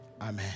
Amen